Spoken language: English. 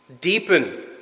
deepen